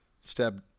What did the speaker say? step